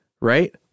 right